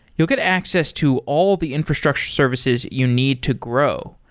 you'll get access to all the infrastructure services you need to grow.